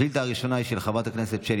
השאילתה הראשונה היא של חברת הכנסת שלי